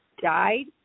died